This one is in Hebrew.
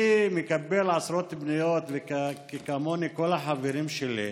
אני מקבל עשרות פנויות, וכמוני כל החברים שלי,